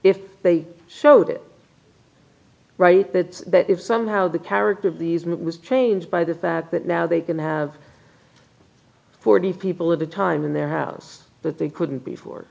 if they showed it right that that if somehow the character of these move was changed by the fact that now they can have forty people of the time in their house that they couldn't before